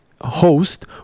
host